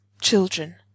children